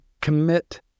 commit